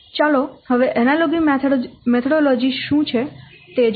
ચાલો હવે analogy methodology શું છે તે જોઈએ